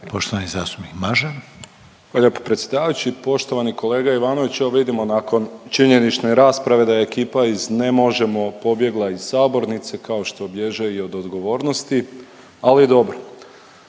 Nikola (HDZ)** Hvala lijepo predsjedavajući. Poštovani kolega Ivanović evo vidimo nakon činjenične rasprave da je ekipa iz ne možemo pobjegla iz sabornice kao što bježe i od odgovornosti, ali dobro.